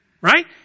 Right